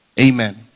Amen